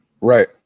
Right